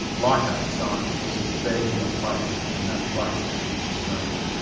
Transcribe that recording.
leichhardt's science was embedded in a place, and that place was australia.